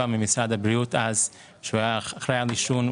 ממשרד הבריאות שהיה אז אחראי על עישון,